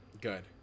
Good